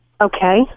okay